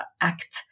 act